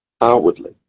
outwardly